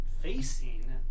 facing